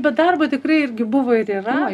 bet darbo tikrai irgi buvo ir yra